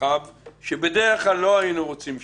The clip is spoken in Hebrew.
רחב שבדרך כלל לא היינו רוצים שייפתח,